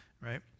right